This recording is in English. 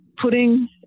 putting